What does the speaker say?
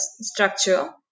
structure